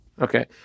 Okay